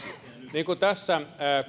niin kuin tässä